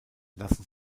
lassen